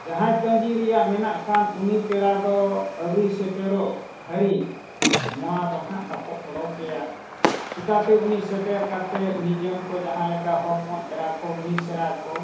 ᱡᱟᱦᱟᱸᱭ ᱛᱟᱹᱜᱤ ᱨᱮᱱᱟᱜ ᱢᱮᱱᱟᱜ ᱠᱷᱟᱱ ᱩᱱᱤ ᱯᱮᱲᱟ ᱫᱚ ᱟᱹᱣᱨᱤ ᱥᱮᱴᱮᱨᱚᱜ ᱦᱟᱹᱨᱤᱡ ᱢᱚᱲᱟ ᱫᱚ ᱱᱟᱜ ᱵᱟᱠᱚ ᱚᱰᱚᱠᱮᱭᱟ ᱪᱤᱠᱟᱹᱛᱮ ᱩᱱᱤ ᱥᱮᱴᱮᱨ ᱠᱟᱛᱮᱫ ᱱᱤᱡᱮᱢ ᱠᱚ ᱡᱟᱦᱟᱸ ᱞᱮᱠᱟ ᱦᱚᱯᱚᱱ ᱮᱨᱟ ᱠᱚ ᱢᱤᱥᱨᱟ ᱠᱚ